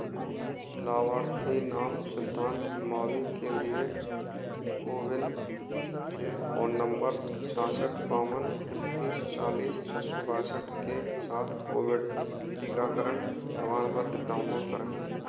लाभार्थी नाम सिद्धांत मावी के लिए कोविन से फोन नंबर छ्यासठ बावन उनतीस चालीस छः सौ बासठ के साथ कोविड टीकाकरण प्रमाणपत्र डाउनलोड करें